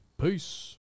Peace